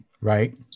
right